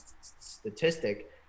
statistic